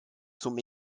zum